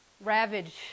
ravage